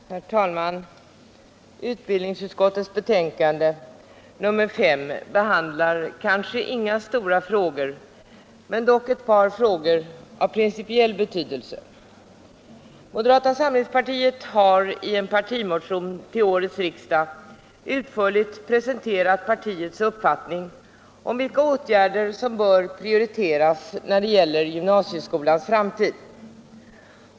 Herr talman! Utbildningsutskottets betänkande nr 5 behandlar kanske inga stora frågor men dock ett par frågor av principiell betydelse. Moderata samlingspartiet har i en partimotion till årets riksdag utförligt presenterat partiets uppfattning om vilka åtgärder som bör prioriteras när det gäller gymnasieskolans framtid.